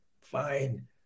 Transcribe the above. fine